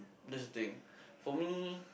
that's the thing for me